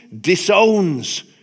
disowns